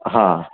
હા